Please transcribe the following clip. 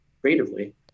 creatively